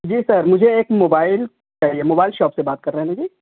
جی sir مجھے ایک mobile چاہیے موبائل شاپ سے بات کر رہے ہیں نا جی